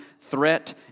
threat